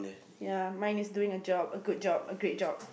ya mine is doing a job a good job a great job